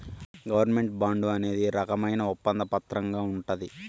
government bond అనేది రకమైన ఒప్పంద పత్రంగా ఉంటది